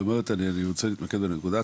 אני רוצה להתמקד בנקודה.